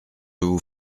vous